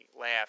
laugh